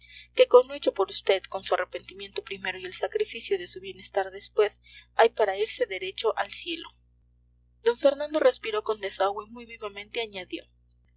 que con lo hecho por vd con su arrepentimiento primero y el sacrificio de su bienestar después hay para irse derecho al cielo d fernando respiró con desahogo y muy vivamente añadió